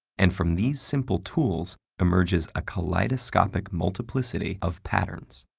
and from these simple tools emerges a kaleidoscope and multiplicity of patterns.